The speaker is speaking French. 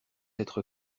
être